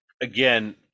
Again